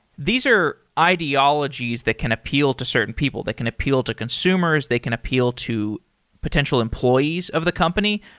these are ideologies that can appeal to certain people, that can appeal to consumers. they can appeal to potential employees of the company.